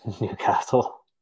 Newcastle